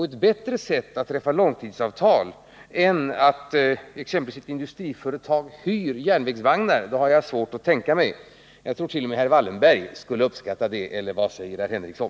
Ett bättre sätt att träffa långtidsavtal än att exempelvis ett industriföretag hyr järnvägsvagnar har jag svårt att tänka mig. Jag tror t.o.m. herr Wallenberg skulle uppskatta det, eller vad säger Sven Henricsson?